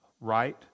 right